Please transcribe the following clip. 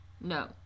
No